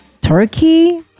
Turkey